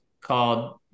called